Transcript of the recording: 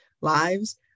lives